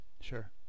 Sure